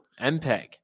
MPEG